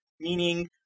meaning